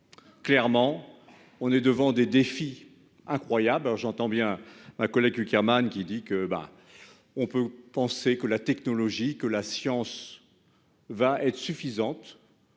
Clairement, on est devant des défis incroyables hein j'entends bien ma collègue Cukierman qui dit que ben on peut penser que la technologie que la science. Va être suffisante.